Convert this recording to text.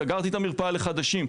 סגרתי את המרפאה לחדשים.